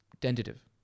tentative